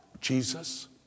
Jesus